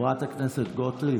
חברת הכנסת גוטליב.